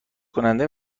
کننده